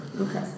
Okay